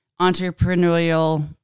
entrepreneurial